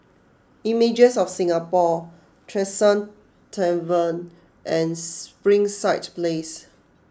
images of Singapore Tresor Tavern and Springside Place